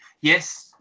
yes